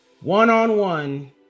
One-on-one